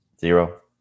Zero